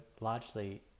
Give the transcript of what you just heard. largely